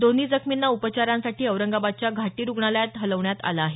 दोन्ही जखमींना उपाचारांसाठी औरंगाबादच्या घाटी रुग्णालयात हलवण्यात आलं आहे